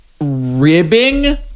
ribbing